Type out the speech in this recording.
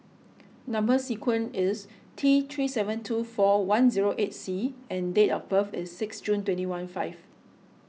Number Sequence is T three seven two four one zero eight C and date of birth is six June twenty one five